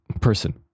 person